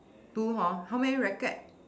two hor how many racket